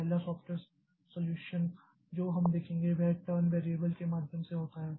पहला software solution जो हम देखेंगे वह टर्न वेरिएबल के माध्यम से होता है